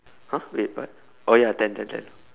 !huh! wait what oh ya ten ten ten